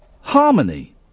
harmony